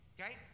Okay